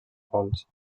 gols